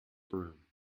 broom